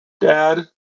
dad